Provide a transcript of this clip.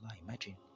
Imagine